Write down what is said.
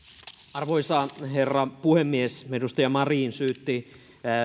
arvoisa herra puhemies edustaja marin syytti